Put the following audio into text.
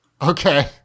Okay